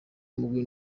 mugwi